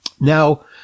Now